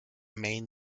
main